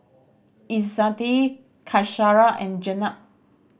Izzati Qaisara and Jenab